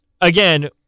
again